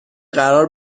قرار